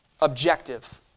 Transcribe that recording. objective